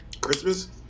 Christmas